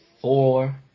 four